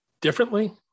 differently